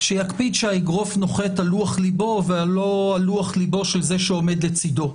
שיקפיד שהאגרוף נוחת על לוח ליבו ולא על לוח ליבו של זה שעומד לצדו.